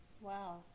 Wow